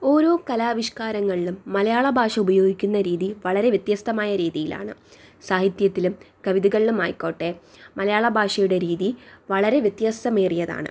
ഓരോ കലാവിഷ്കാരങ്ങളിലും മലയാളഭാഷ ഉപയോഗിക്കുന്ന രീതി വളരെ വ്യത്യസ്തമായ രീതിയിലാണ് സാഹിത്യത്തിലും കവിതകളിലും ആയിക്കോട്ടെ മലയാളഭാഷയുടെ രീതി വളരെ വ്യത്യസ്തമേറിയതാണ്